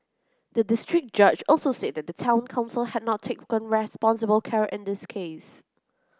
the district judge also said that the Town Council had not taken responsible care in this case